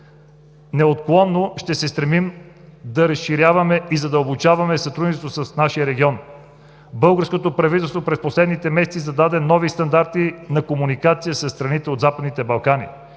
неотклонно ще се стремим да разширяваме и задълбочаваме сътрудничеството в нашия регион. Българското правителство през последните месеци зададе нови стандарти на комуникация със страните от Западните Балкани.